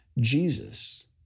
Jesus